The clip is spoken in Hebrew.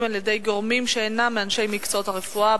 על-ידי גורמים שאינם מאנשי מקצועות הרפואה,